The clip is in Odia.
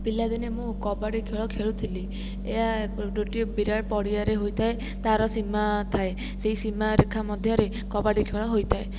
ପିଲାଦିନେ ମୁଁ କବାଡ଼ି ଖେଳ ଖେଳୁଥିଲି ଏହା ଗୋଟିଏ ବିରାଟ ପଡ଼ିଆରେ ହୋଇଥାଏ ତାର ସୀମା ଥାଏ ସେଇ ସୀମାରେଖା ମଧ୍ୟରେ କବାଡ଼ି ଖେଳ ହୋଇଥାଏ